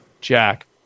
Jack